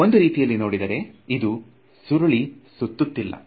ಒಂದು ರೀತಿಯಲ್ಲಿ ನೋಡಿದರೆ ಇದು ಸುರಳಿ ಸುತ್ತುತ್ತಿಲ್ಲ